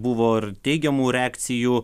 buvo ir teigiamų reakcijų